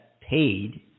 paid